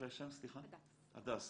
הדס,